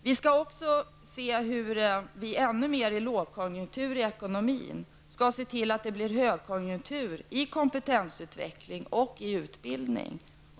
Vi skall också vid lågkonjunktur i ekonomin ännu mer se till att det blir högkonjunktur i kompetensutveckling och utbildning.